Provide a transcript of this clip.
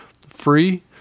free